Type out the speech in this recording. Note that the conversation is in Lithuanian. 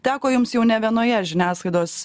teko jums jau ne vienoje žiniasklaidos